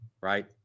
Right